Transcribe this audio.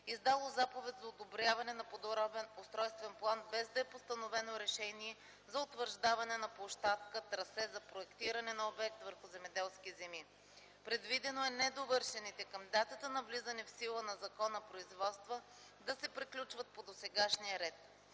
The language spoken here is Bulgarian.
издало заповед за одобряване на подробен устройствен план без да е постановено решение за утвърждаване на площадка (трасе) за проектиране на обект върху земеделски земи. Предвидено е недовършените към датата на влизане в сила на закона производства да се приключват по досегашния ред.